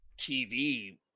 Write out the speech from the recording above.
tv